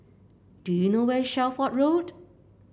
do you know where is Shelford Road